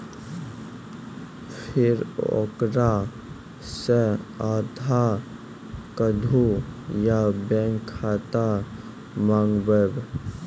फिर ओकरा से आधार कद्दू या बैंक खाता माँगबै?